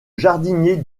jardinier